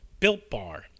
BuiltBar